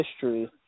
history